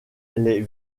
les